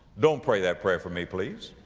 don't pray that prayer for me please.